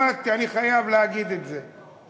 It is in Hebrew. למדתי, אני חייב להגיד את זה.